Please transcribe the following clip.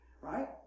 right